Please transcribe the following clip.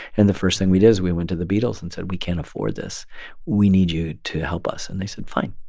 and the first thing we did is we went to the beatles and said we can't afford this we need you to help us. and they said fine.